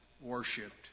worshipped